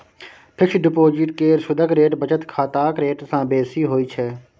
fix deposit केर सुदक rate बचत खाताक रेट सँ बेसी होइ छै